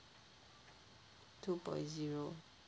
two point zero